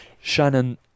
Shannon